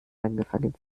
angefangen